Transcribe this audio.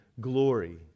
glory